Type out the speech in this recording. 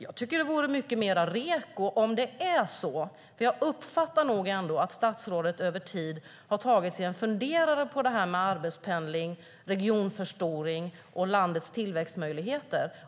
Jag uppfattar ändå att statsrådet över tid har tagit sig en funderare på det här med arbetspendling, regionförstoring och landets tillväxtmöjligheter.